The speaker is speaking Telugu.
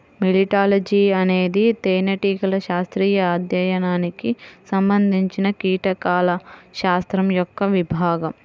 మెలిటాలజీఅనేది తేనెటీగల శాస్త్రీయ అధ్యయనానికి సంబంధించినకీటకాల శాస్త్రం యొక్క విభాగం